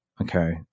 Okay